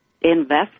invest